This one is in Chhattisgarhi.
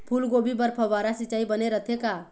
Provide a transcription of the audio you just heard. फूलगोभी बर फव्वारा सिचाई बने रथे का?